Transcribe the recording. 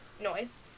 noise